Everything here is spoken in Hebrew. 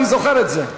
אני זוכר את זה.